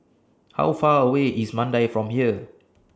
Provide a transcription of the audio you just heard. How Far away IS Mandai from here